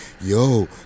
yo